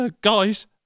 Guys